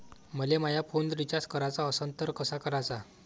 मले माया phone recharge कराचा असन तर कसा कराचा?